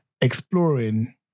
exploring